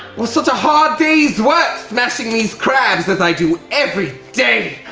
such a hard day's work, smashing these crabs as i do every day.